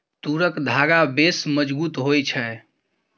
तूरक धागा बेस मजगुत होए छै